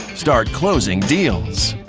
start closing deals.